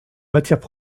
matières